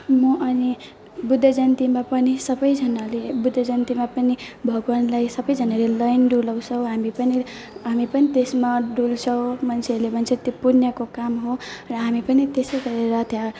म अनि बुद्ध जयन्तीमा पनि सबैजनाले बुद्ध जयन्तीमा पनि भगवानले सबैजनाले लाइन डुलाउँछौँ हामी पनि हामी पनि त्यसमा डुल्छौँ मान्छेहरूले भन्छ त्यो पुण्यको काम हो र हामी पनि त्यसै गरेर त्यहाँ